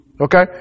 Okay